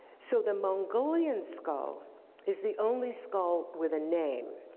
so, the mongolian skull is the only skull with a name.